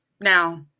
now